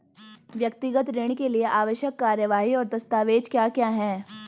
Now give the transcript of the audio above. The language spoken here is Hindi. व्यक्तिगत ऋण के लिए आवश्यक कार्यवाही और दस्तावेज़ क्या क्या हैं?